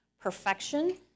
perfection